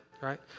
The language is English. right